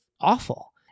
awful